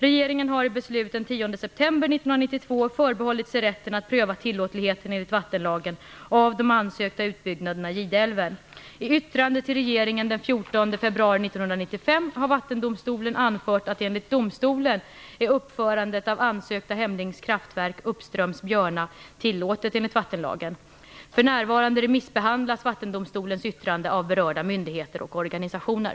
Regeringen har i beslut den 10 september 1992 förbehållit sig rätten att pröva tillåtligheten enligt vattenlagen av de ansökta utbyggnaderna i 1995 har vattendomstolen anfört att enligt domstolen är uppförandet av ansökta Hemlings kraftverk, uppströms Björna, tillåtet enligt vattenlagen. För närvarande remissbehandlas vattendomstolens yttrande av berörda myndigheter och organisationer.